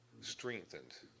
strengthened